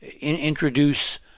introduce